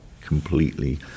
completely